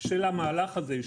של המהלך הזה.